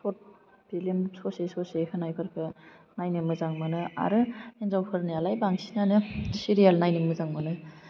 सर्थ film ससे ससे होनायफोरखौ नायनो मोजां मोनो आरो हिनजाव फोरनियालाय बांसिनानो सिरियाल नायनो मोजां मोनो